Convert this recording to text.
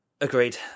Agreed